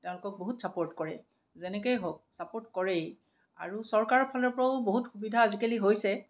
তেওঁলোকক বহুত ছাপৰ্ট কৰে যেনেকেই হওক ছাপৰ্ট কৰেই আৰু চৰকাৰৰ ফালৰ পৰাও বহুত সুবিধা আজিকালি হৈছে